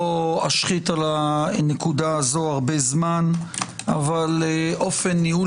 לא אשחית על הדבר הזה הרבה זמן אבל אופן ניהול